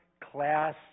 class